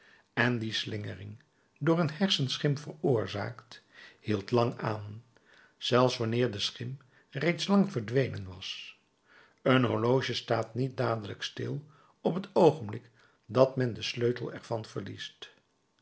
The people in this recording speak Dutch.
en die slingering door een hersenschim veroorzaakt hield lang aan zelfs wanneer de schim reeds lang verdwenen was een horloge staat niet dadelijk stil op t oogenblik dat men den sleutel er van verliest